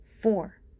four